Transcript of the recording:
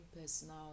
personal